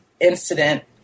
incident